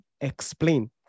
explain